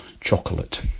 chocolate